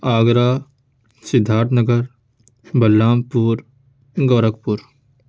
Agra Siddharth Nagar Balrampur Gorakhpur